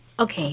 okay